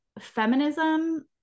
feminism